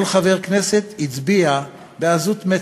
כל חבר כנסת הצביע בעזות מצח,